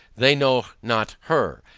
they know not her,